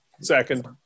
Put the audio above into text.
second